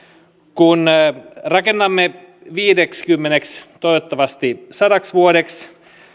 kun rakennamme viideksikymmeneksi toivottavasti sadaksi vuodeksi